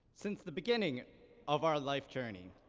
since the beginning of our life journey,